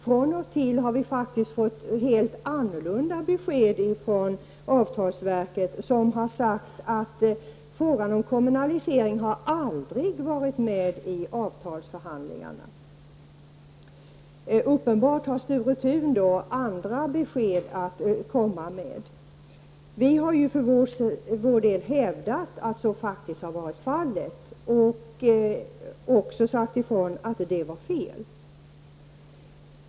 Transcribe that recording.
Från och till har vi faktiskt fått helt annorlunda besked från avtalsverket, där man har sagt att frågan om kommunalisering aldrig har varit med i avtalsförhandlingarna. Uppenbarligen har Sture Thun andra besked att komma med. Vi har ju för vår del hävdat att så faktiskt har varit fallet — att frågan har varit med — och också sagt ifrån att det var fel.